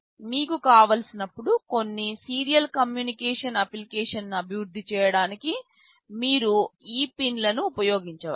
మీకు కావలసినప్పుడు కొన్ని సీరియల్ కమ్యూనికేషన్ అప్లికేషన్ను అభివృద్ధి చేయడానికి మీరు ఈ పిన్లను ఉపయోగించవచ్చు